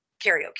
karaoke